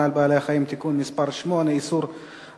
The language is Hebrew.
על בעלי-חיים) (תיקון מס' 8) (איסור הפקה,